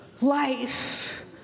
life